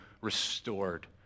restored